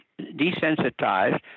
desensitized